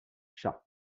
shah